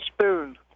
Spoon